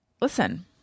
listen